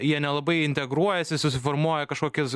jie nelabai integruojasi susiformuoja kažkokius